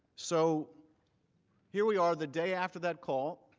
so here we are, the day after that call.